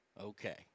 Okay